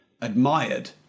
admired